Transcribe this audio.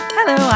Hello